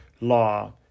law